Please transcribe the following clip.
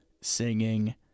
singing